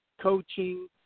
coaching